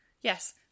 yes